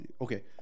okay